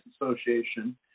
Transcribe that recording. Association